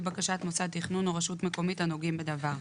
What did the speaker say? בקשת מוסד תכנון או רשות מקומית הנוגעים בדבר,